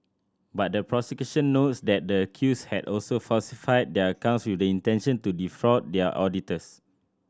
but the prosecution notes that the accused had also falsified their accounts with the intention to defraud their auditors